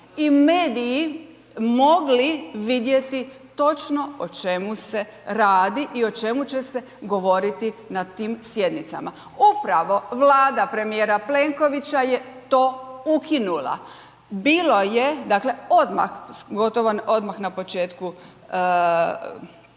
i mediji mogli vidjeti točno o čemu se radi i o čemu će se govoriti na tim sjednicama. Upravo Vlada premijera Plenkovića je to ukinula. Bilo je, dakle odmah gotovo odmah na početku